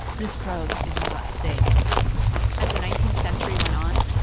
this drug is not safe as the nineteenth century went on,